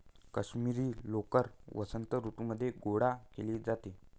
काश्मिरी लोकर वसंत ऋतूमध्ये गोळा केली जाते